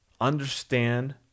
Understand